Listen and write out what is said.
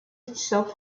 itself